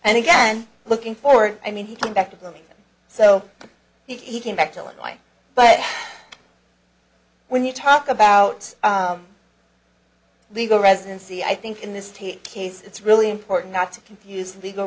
and again looking forward i mean he came back to me so he came back to illinois but when you talk about legal residency i think in this case it's really important not to confuse legal